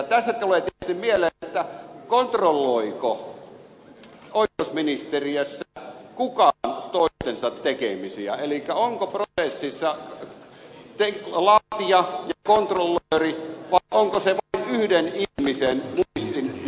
tässä tulee tietysti mieleen kontrolloiko oikeusministeriössä kukaan toistensa tekemisiä elikkä onko prosessissa laatija ja kontrollööri vai onko se vain yhden ihmisen muistin ja taidon varassa